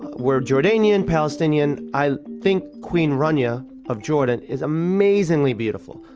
we're jordanian palestinian i think queen rania of jordan is amazingly beautiful.